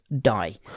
die